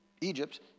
Egypt